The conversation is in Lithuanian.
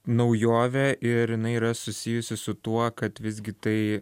naujovė ir jinai yra susijusi su tuo kad visgi tai